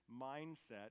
mindset